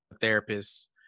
therapist